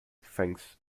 thanks